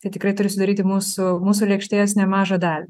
tai tikrai turi sudaryti mūsų mūsų lėkštės nemažą dalį